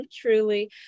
truly